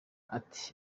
ati